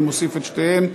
אני מוסיף את שתיהן.